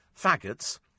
Faggots